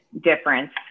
difference